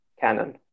Canon